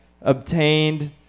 obtained